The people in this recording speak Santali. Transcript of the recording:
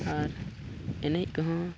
ᱟᱨ ᱮᱱᱮᱡ ᱠᱚᱦᱚᱸ